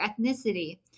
ethnicity